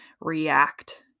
react